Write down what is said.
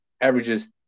averages